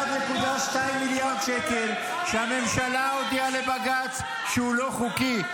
1.2 מיליארד שקל שהממשלה הודיעה לבג"ץ שהוא לא חוקי,